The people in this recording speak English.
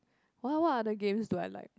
what what other games do I like